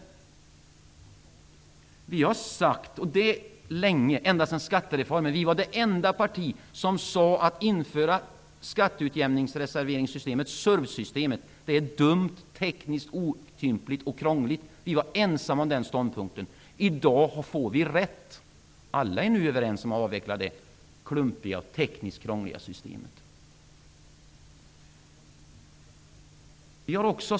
Ända sedan skattereformen har vi kritiserat, och vi var det enda partiet som gjorde det, införandet av skatteutjämningsreservsystemet, SURV-systemet. Detta system är dumt, tekniskt otympligt och krångligt. Vi var alltså tidigare ensamma om den ståndpunkten. I dag får vi rätt. Alla är ju nu överens om att detta klumpiga och tekniskt krångliga system måste avvecklas.